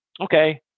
okay